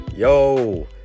Yo